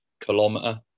kilometer